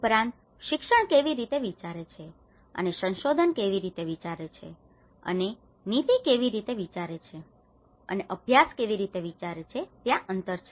ઉપરાંત શિક્ષણ કેવી રીતે વિચારે છે અને સંશોધન કેવી રીતે વિચારે છે અને નીતિ કેવી રીતે વિચારે છે અને અભ્યાસ કેવી રીતે વિચારે છે ત્યાં અંતર છે